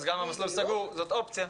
אז גם מסלול סגור זאת אופציה,